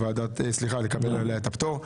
לקבל עליה את הפטור.